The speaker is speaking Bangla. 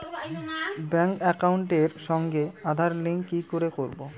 ব্যাংক একাউন্টের সঙ্গে আধার লিংক কি করে করবো?